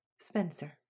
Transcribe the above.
Spencer